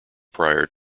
prior